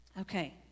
Okay